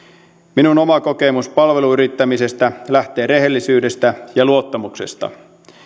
minun oma kokemukseni palveluyrittämisestä lähtee rehellisyydestä ja luottamuksesta